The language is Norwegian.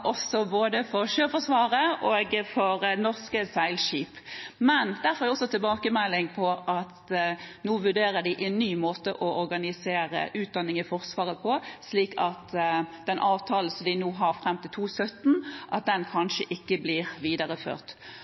både for Sjøforsvaret og for norske seilskip. Men jeg får også tilbakemelding om at de nå vurderer en ny måte å organisere utdanning i Forsvaret på, slik at den avtalen som de nå har fram til 2017, kanskje ikke blir videreført.